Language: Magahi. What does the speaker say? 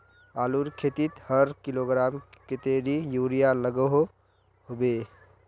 आलूर खेतीत हर किलोग्राम कतेरी यूरिया लागोहो होबे?